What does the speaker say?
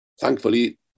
thankfully